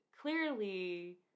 Clearly